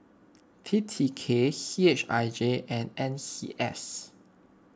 T T K C H I J and N C S